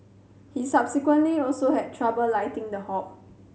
he subsequently also had trouble lighting the hob